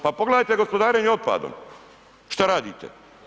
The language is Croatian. Pa pogledajte gospodarenje otpadom, šta radite.